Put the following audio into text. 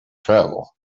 travel